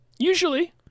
Usually